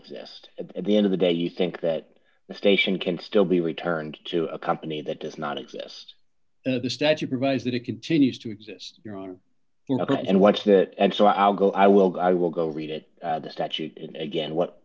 exist at the end of the day you think that the station can still be returned to a company that does not exist the statute provides that it continues to exist your honor and what's that and so i'll go i will go i will go read it the statute again what